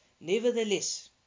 Nevertheless